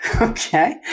Okay